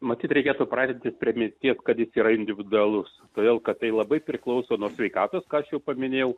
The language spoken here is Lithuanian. matyt reikėtų pradedi priminti tiek kad jis yra individualus todėl kad tai labai priklauso nuo sveikatos ką čia paminėjau